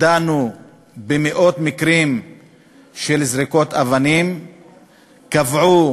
דנו במאות מקרים של זריקות אבנים וקבעו